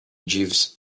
jeeves